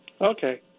Okay